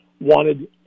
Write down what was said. wanted